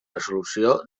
resolució